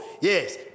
Yes